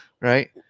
Right